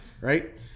right